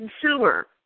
consumer